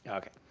ok.